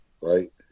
right